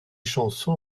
chansons